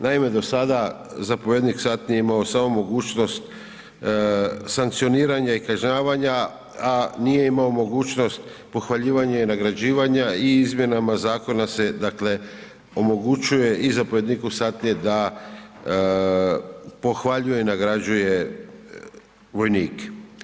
Naime, do sada zapovjednik satnije je imao samo mogućnost sankcioniranja i kažnjavanja, a nije imao mogućnost pohvaljivanje i nagrađivanja i izmjenama zakona se dakle omogućuje i zapovjedniku satnije da pohvaljuje i nagrađuje vojnike.